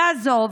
יעזוב,